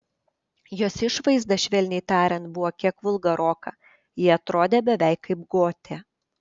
jos išvaizda švelniai tariant buvo kiek vulgaroka ji atrodė beveik kaip gotė